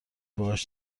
باهاش